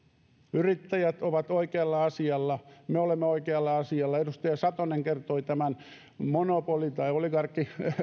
yrittäjät ovat oikealla asialla me olemme oikealla asialla edustaja satonen kertoi tämän monopoli tai oligarkki